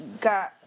got